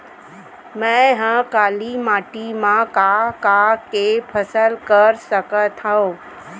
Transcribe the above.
मै ह काली माटी मा का का के फसल कर सकत हव?